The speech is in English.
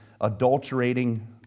adulterating